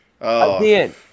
Again